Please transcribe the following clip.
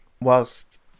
whilst